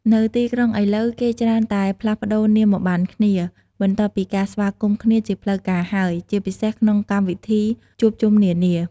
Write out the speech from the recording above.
នៅទីក្រុងឥឡូវ គេច្រើនតែផ្លាស់ប្តូរនាមប័ណ្ណគ្នា បន្ទាប់ពីការស្វាគមន៍គ្នាជាផ្លូវការហើយ ជាពិសេសក្នុងកម្មវិធីជួបជុំនានា។